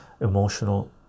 emotional